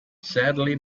sadly